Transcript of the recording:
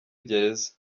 gereza